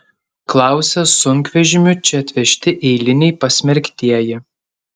klausia sunkvežimiu čia atvežti eiliniai pasmerktieji